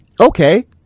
Okay